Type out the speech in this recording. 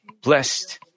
blessed